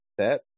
set